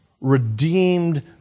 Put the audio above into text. redeemed